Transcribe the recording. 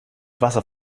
wasser